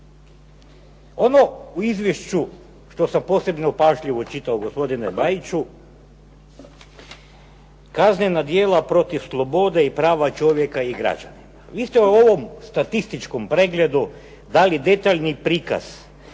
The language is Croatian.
Ono u izvješću što sam posebno pažljivo čitao, gospodine Bajiću, kaznena djela protiv slobode i prava čovjeka i građanina. Vi ste u ovom statističkom pregledu dali detaljni prikaz